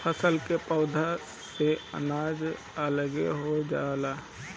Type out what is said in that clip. फसल के पौधा से अनाज अलगे हो जाला